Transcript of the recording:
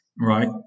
right